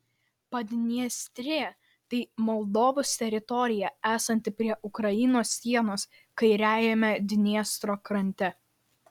padniestrė tai moldovos teritorija esanti prie ukrainos sienos kairiajame dniestro krante